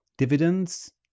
dividends